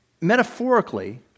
metaphorically